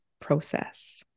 process